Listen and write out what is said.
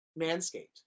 Manscaped